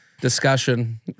discussion